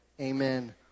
Amen